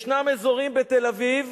ישנם אזורים בתל-אביב